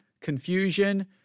confusion